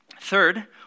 Third